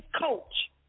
coach